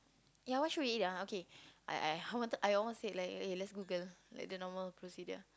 ya what should we eat ah okay I I I wanted I almost said like eh let's Google like the normal procedure